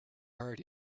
heart